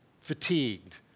fatigued